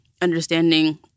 understanding